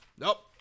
Nope